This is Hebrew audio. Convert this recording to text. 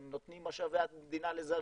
שהם נותנים את משאבי המדינה לזרים.